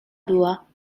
była